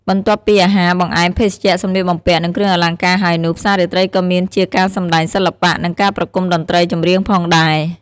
បន្ទាប់ពីអាហារ បង្អែម ភេសជ្ជៈ សម្លៀកបំពាក់ និងគ្រឿងអលង្ការហើយនោះ ផ្សាររាត្រីក៏មានជាការសម្តែងសិល្បៈ និងការប្រគុំតន្ត្រីចម្រៀងផងដែរ។